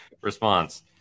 response